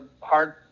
hard